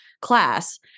class